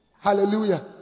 Hallelujah